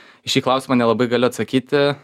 į šį klausimą nelabai galiu atsakyti